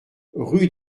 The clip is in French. rue